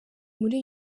muri